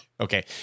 Okay